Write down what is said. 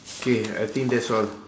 K I think that's all